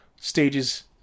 stages